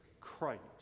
Christ